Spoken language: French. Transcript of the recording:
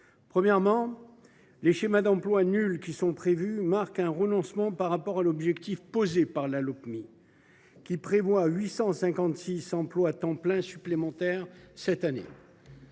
Premièrement, les schémas d’emplois nuls qui sont prévus marquent un renoncement par rapport à l’objectif fixé dans la Lopmi, qui prévoyait 856 équivalents temps plein supplémentaires cette année.